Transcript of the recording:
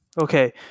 okay